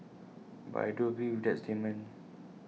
but I do agree with that statement